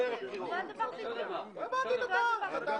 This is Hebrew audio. חבר הכנסת